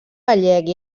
gallec